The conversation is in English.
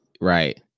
Right